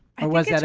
i was that